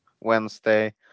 Wednesday